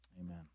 Amen